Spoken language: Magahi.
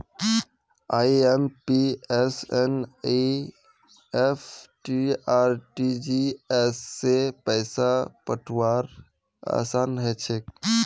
आइ.एम.पी.एस एन.ई.एफ.टी आर.टी.जी.एस स पैसा पठऔव्वार असान हछेक